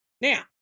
Now